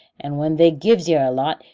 and when they've give yer a lot,